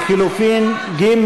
לחלופין ג',